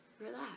relax